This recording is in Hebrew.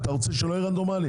אתה רוצה שלא יהיה רנדומלי?